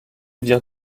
vient